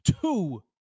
two